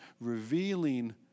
revealing